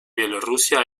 bielorrusia